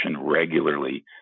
regularly